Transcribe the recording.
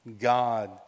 God